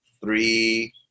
three